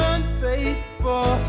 Unfaithful